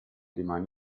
rimane